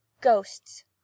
Ghosts